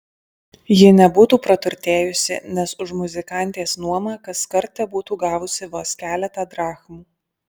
ji nebūtų praturtėjusi nes už muzikantės nuomą kaskart tebūtų gavusi vos keletą drachmų